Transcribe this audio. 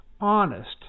honest